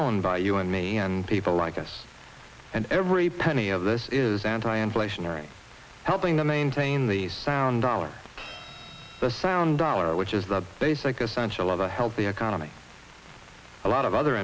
owned by you and me and people like us and every penny of this is anti inflationary helping to maintain the sound our the sound dollar which is the basic essential of a healthy economy a lot of other